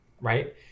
right